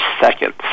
seconds